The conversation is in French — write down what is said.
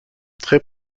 très